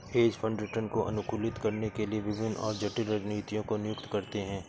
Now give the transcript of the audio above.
hedge fund return को अनुकूलित करने के लिए विभिन्न और जटिल रणनीतियों को नियुक्त करते हैं